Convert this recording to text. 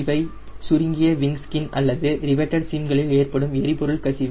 இவை சுருங்கிய wing skin அல்லது ரிவீட்டடு சீம்களில் ஏற்படும் எரிபொருள் கசிவு